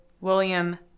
William